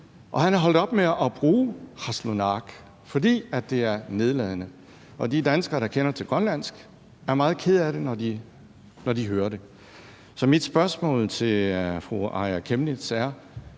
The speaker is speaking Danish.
han er holdt op med at bruge qallunaaq, fordi det er nedladende og de danskere, der kender til Grønland, er meget kede af det, når de hører det. Så mit spørgsmål til fru Aaja Chemnitz er,